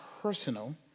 personal